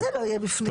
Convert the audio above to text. אז זה לא יהיה בפנים.